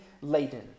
laden